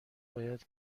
باید